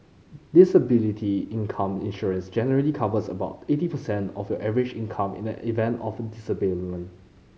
disability income insurance generally covers about eighty percent of your average income in the event of a disablement